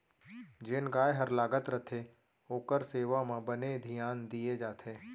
जेन गाय हर लागत रथे ओकर सेवा म बने धियान दिये जाथे